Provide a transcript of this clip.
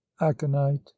aconite